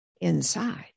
inside